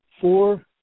four